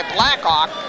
Blackhawk